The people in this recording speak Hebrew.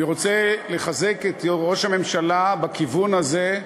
אני רוצה לחזק את ראש הממשלה בכיוון הזה,